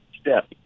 step